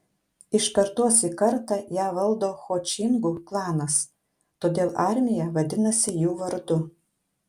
iš kartos į kartą ją valdo ho čingų klanas todėl armija vadinasi jų vardu